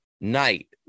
night